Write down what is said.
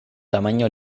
tamaño